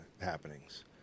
happenings